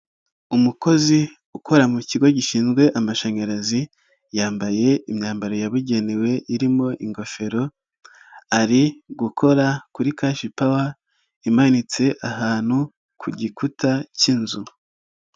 Umukozi ukora mu kigo gishinzwe amashanyarazi yambaye imyambaro yabugenewe irimo ingofero, ari gukora kuri Kashipawa imanitse ahantu ku gikuta cy'inzu.